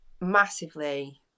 massively